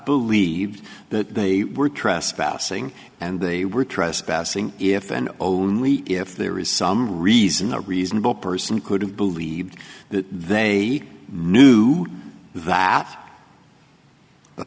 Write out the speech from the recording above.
believed that they were trespassing and they were trespassing if and only if there is some reason a reasonable person could have believed that they knew that the